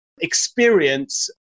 experience